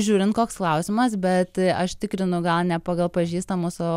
žiūrint koks klausimas bet aš tikrinu gal ne pagal pažįstamus o